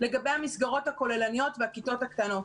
לגבי המסגרות הכוללניות והכיתות הקטנות,